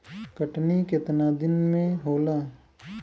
कटनी केतना दिन मे होला?